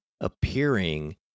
appearing